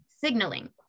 signaling